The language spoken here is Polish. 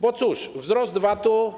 Bo cóż, wzrost VAT-u?